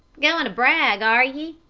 goin' to brag, are ye?